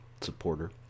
supporter